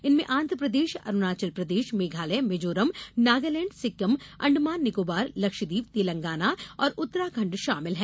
इनमें आंध्र प्रदेश अरूणाचल प्रदेश मेघालय मिजोरम नगालैंड सिक्किम अंडमान निकोबार लक्ष्ट्वीप तेलंगाना और उत्तराखण्ड शामिल हैं